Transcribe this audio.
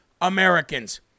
Americans